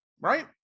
right